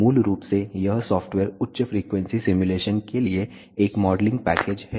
मूल रूप से यह सॉफ्टवेयर उच्च फ्रीक्वेंसी सिमुलेशन के लिए एक मॉडलिंग पैकेज है